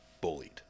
bullied